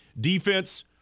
Defense